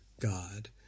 God